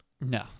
No